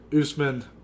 Usman